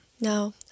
no